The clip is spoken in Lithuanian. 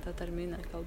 ta tarmine kalba